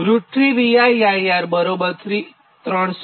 3 VR IR 300 VR 220 KV